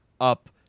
up